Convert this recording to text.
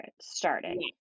starting